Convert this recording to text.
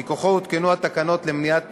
שמכוחו הותקנו התקנות למניעת